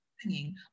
singing